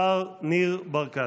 השר ניר ברקת.